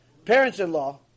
parents-in-law